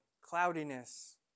cloudiness